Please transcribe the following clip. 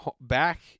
back